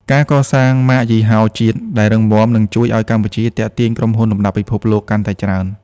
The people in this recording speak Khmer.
ការកសាង "ម៉ាកយីហោជាតិ" ដែលរឹងមាំ នឹងជួយឱ្យកម្ពុជាទាក់ទាញក្រុមហ៊ុនលំដាប់ពិភពលោកកាន់តែច្រើន។